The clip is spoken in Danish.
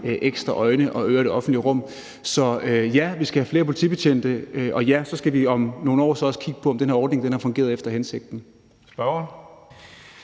ekstra øjne og ører i det offentlige rum. Så ja, vi skal have flere politibetjente. Og ja, så skal vi også om nogle år kigge på, om den her ordning har fungeret efter hensigten. Kl.